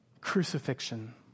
crucifixion